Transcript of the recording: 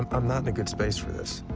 i'm not in a good space for this.